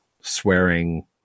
swearing